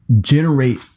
generate